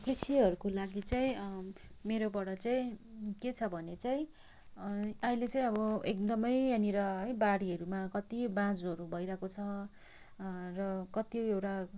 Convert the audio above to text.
कृषिहरूको लागि चाहिँ मेरोबाट चाहिँ के छ भने चाहिँ अहिले चाहिँ अब एकदमै यहाँनिर बाढीहरूमा कति बाँझोहरू भइरहेको छ र कतिवटा